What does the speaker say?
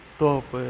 top